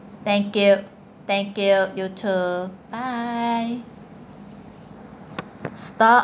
thank you thank you you too bye stop